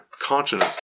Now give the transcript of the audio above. consciousness